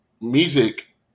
music